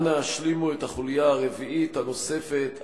אנא השלימו את החוליה הרביעית הנוספת,